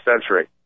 century